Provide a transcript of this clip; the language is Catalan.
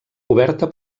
oberta